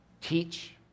teach